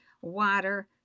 water